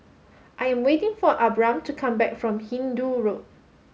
I am waiting for Abram to come back from Hindoo Road